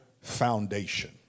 foundation